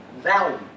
value